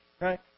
Right